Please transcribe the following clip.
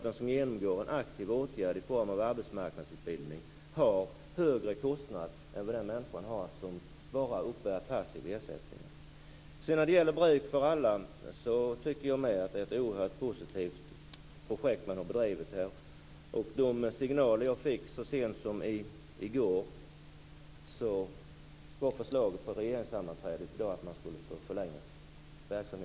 De som genomgår en aktiv åtgärd i form av arbetsmarknadsutbildning kostar mer än vad den människa gör som bara uppbär passiva ersättningar. "Det finns bruk för alla" är ett oerhört positivt projekt som har bedrivits. De signaler som jag fick i går säger att förslaget till dagens regeringssammanträde är att projektet skall förlängas ytterligare.